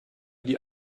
die